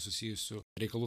susijusių reikalų